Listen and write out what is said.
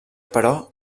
però